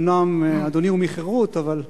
אומנם אדוני הוא מחֵרות, אבל,